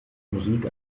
musik